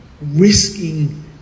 risking